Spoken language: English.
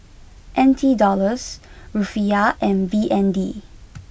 N T dollars Rufiyaa and B N D